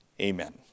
Amen